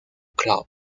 club